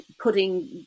putting